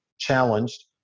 challenged